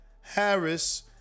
Harris